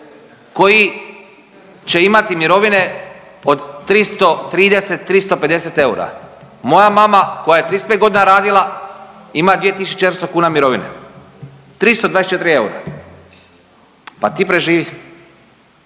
koji će imati mirovine od 330, 350 eura. Moja mama koja je 35 godina radila ima 2400 kuna mirovine, 324 eura. Pa ti preživi